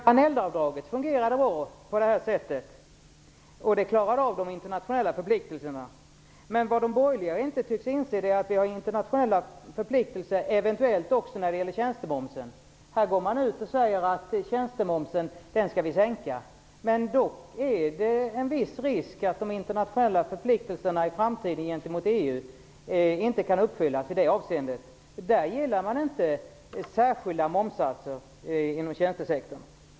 Fru talman! Men det gamla Annellavdraget fungerade ju bra. Med det kunde Sveriges internationella förpliktelser klaras av. Men de borgerliga tycks inte inse att vi eventuellt också har internationella förpliktelser när det gäller tjänstemomsen, utan man går ut och säger att man skall sänka tjänstemomsen. Men dock finns en viss risk att de internationella förpliktelserna i framtiden gentemot EU inte kan uppfyllas i det avseendet. I EU vill man nämligen inte ha särskilda momssatser inom tjänstesektorn.